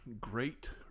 great